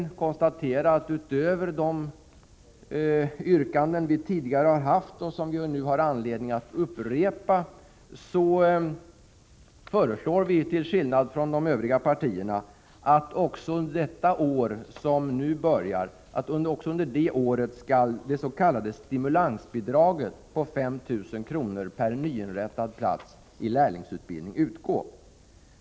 Jag konstaterar att utöver de yrkanden som vi tidigare har framställt och som vi nu har anledning att upprepa, föreslår vi — till skillnad från de övriga partierna — att också under det år som nu börjar det s.k. stimulansbidraget med 5 000 kr. per nyinrättad plats i lärlingsutbildningen skall utgå.